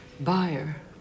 buyer